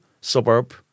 suburb